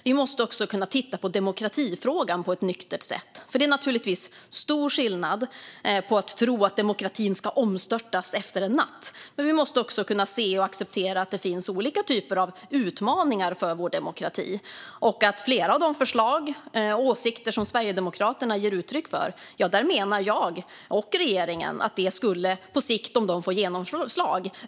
Vi måste också kunna titta på demokratifrågan på ett nyktert sätt. Det är naturligtvis stor skillnad på det och att tro att demokratin ska omstörtas över en natt, men vi måste kunna se och acceptera att det finns olika typer av utmaningar för vår demokrati. Flera av de förslag och åsikter som Sverigedemokraterna ger uttryck för riskerar om de får genomslag att på sikt försvaga vår demokrati.